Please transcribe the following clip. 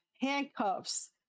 handcuffs